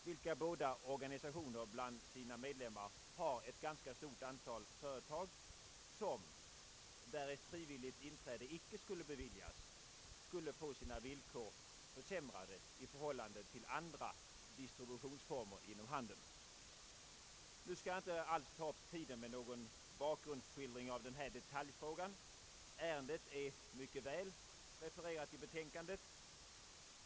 Båda dessa organisationer har bland sina medlemmar ett ganska stort antal företag som, därest frivilligt inträde icke skulle beviljas, skulle få sina villkor försämrade i förhållande till vad som gäller för andra distributionsformer inom handeln. Nu skall jag inte alls ta upp tiden med någon bakgrundsskildring av denna detaljfråga. Ärendet är mycket väl refererat i betänkandet.